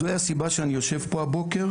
זו היא הסיבה שאני יושב פה הבוקר,